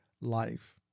life